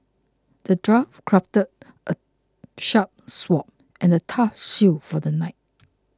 the dwarf crafted a sharp sword and a tough shield for the knight